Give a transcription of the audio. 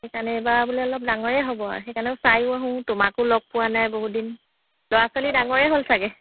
সেইকাৰণে এইবাৰ বোলে অলপ ডাঙৰেই হ'ব সেইকাৰণে চায়ো আহোঁ তোমাকো লগ পোৱা নাই বহুত দিন ল'ৰা ছোৱালী ডাঙৰেই হ'ল চাগে